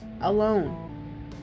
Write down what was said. alone